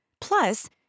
Plus